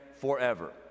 forever